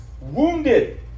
wounded